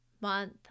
month